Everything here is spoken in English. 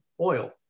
oil